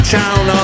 town